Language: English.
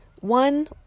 One